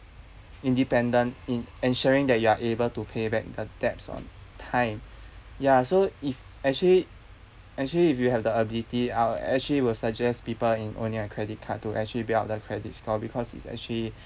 independent in ensuring that you are able to pay back the debts on time ya so if actually actually if you have the ability I'll actually will suggest people in owning a credit card to actually build up the credit score because it's actually